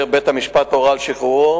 בית-המשפט הורה לשחררו